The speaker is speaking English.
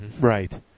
Right